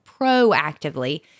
proactively